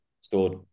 stored